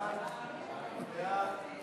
ההצעה להעביר את הצעת חוק הנוער (שפיטה,